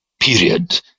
period